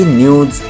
news